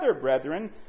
brethren